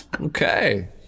Okay